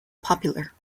popular